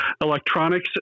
electronics